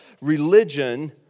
religion